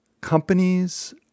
companies